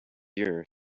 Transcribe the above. year